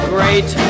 Great